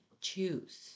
choose